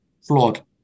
flawed